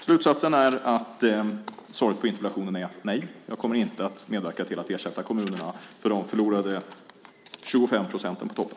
Slutsatsen är att svaret på interpellationen är nej. Jag kommer inte att medverka till att ersätta kommunerna för de förlorade 25 procenten på toppen.